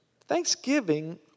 Thanksgiving